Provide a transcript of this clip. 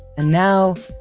and now,